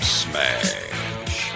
smash